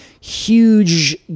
huge